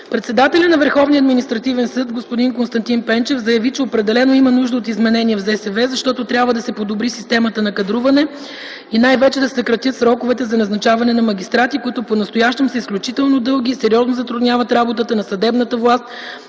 Председателят на Върховния административен съд господин Константин Пенчев заяви, че определено има нужда от изменения в ЗСВ, защото трябва да се подобри системата на кадруване и най-вече да се съкратят сроковете за назначаване на магистрати, които понастоящем са изключително дълги и сериозно затрудняват работата на съдебната власт,